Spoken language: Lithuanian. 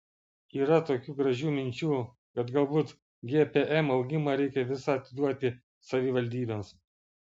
yra tokių gražių minčių kad galbūt gpm augimą reikia visą atiduoti savivaldybėms